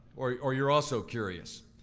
or or you're also curious.